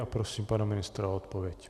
A prosím pana ministra o odpověď.